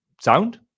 Sound